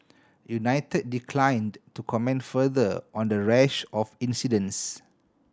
united declined to comment further on the rash of incidents